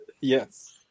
Yes